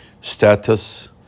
Status